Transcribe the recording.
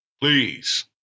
please